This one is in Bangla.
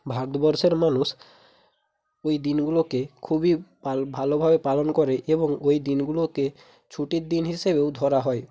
ভারতবর্ষের মানুষ ওই দিনগুলোকে খুবই পাল ভালোভাবে পালন করে এবং ওই দিনগুলোকে ছুটির দিন হিসেবেও ধরা হয়